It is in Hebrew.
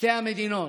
שתי המדינות,